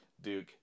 Duke